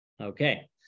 Okay